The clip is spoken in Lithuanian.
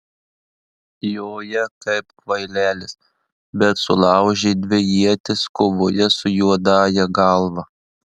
joja kaip kvailelis bet sulaužė dvi ietis kovoje su juodąja galva